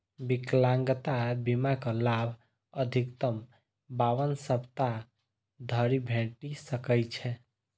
विकलांगता बीमाक लाभ अधिकतम बावन सप्ताह धरि भेटि सकै छै